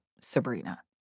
Sabrina